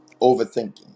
Overthinking